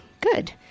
good